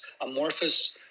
amorphous